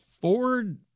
ford